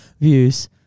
views